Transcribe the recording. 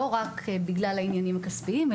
לא רק בגלל העניינים הכספיים,